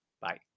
bye